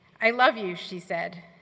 i love you she said.